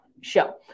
show